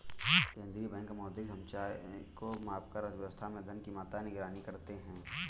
केंद्रीय बैंक मौद्रिक समुच्चय को मापकर अर्थव्यवस्था में धन की मात्रा की निगरानी करते हैं